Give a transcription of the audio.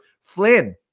Flynn